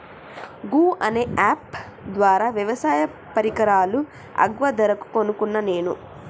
గూ అనే అప్ ద్వారా వ్యవసాయ పరికరాలు అగ్వ ధరకు కొనుకున్న నేను